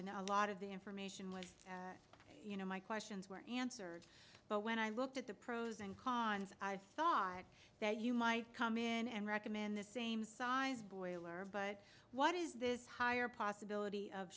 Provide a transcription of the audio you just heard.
in a lot of the information was you know my questions were answered but when i looked at the pros and cons i thought that you might come in and recommend the same size boiler but what is this higher possibility of